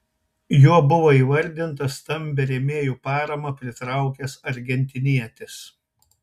juo buvo įvardintas stambią rėmėjų paramą pritraukęs argentinietis